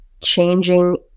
changing